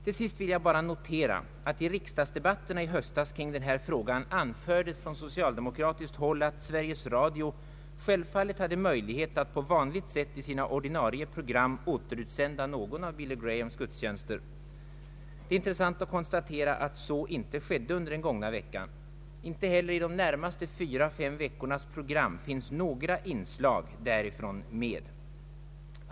Till sist vill jag bara notera, att i riksdagsdebatterna i höstas kring denna fråga från socialdemokratiskt håll anfördes, att Sveriges Radio självfallet hade möjlighet att på vanligt sätt i sina ordinarie program återutsända någon av Billy Grahams gudstjänster. Det är intressant att konstatera, att så inte har skett under den gångna veckan. Inte heller i de närmaste 4—5 veckornas program finns några inslag därifrån med.